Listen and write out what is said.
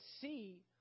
see